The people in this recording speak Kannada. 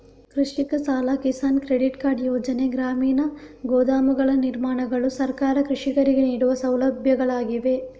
ಕೃಷಿಕ ಸಾಲ, ಕಿಸಾನ್ ಕ್ರೆಡಿಟ್ ಕಾರ್ಡ್ ಯೋಜನೆ, ಗ್ರಾಮೀಣ ಗೋದಾಮುಗಳ ನಿರ್ಮಾಣಗಳು ಸರ್ಕಾರ ಕೃಷಿಕರಿಗೆ ನೀಡುವ ಸೌಲಭ್ಯಗಳಾಗಿವೆ